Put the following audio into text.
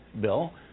Bill